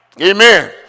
Amen